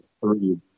three